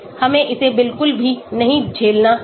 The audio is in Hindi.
हमें इसे बिल्कुल भी नहीं झेलना है